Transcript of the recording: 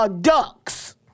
ducks